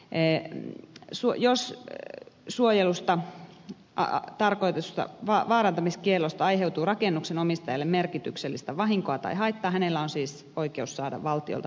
ei suo jossa suojelusta ja tarkoitusta jos vaarantamiskiellosta aiheutuu rakennuksen omistajalle merkityksellistä vahinkoa tai haittaa hänellä on siis oikeus saada valtiolta täysi korvaus